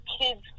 kids